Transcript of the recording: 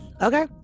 Okay